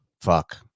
fuck